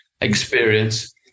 experience